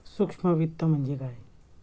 सूक्ष्म वित्त म्हणजे काय?